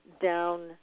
down